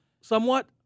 somewhat